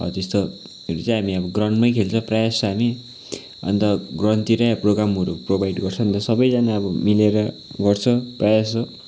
हो त्यस्तोहरू चाहिँ हामी अब ग्राउन्डमै खेल्छ प्रायः जस्तो हामी अन्त ग्राउन्डतिरै हामी प्रोग्रामहरू प्रोभाइड गर्छ अन्त सबैजना अब मिलेर गर्छ प्रायः जस्तो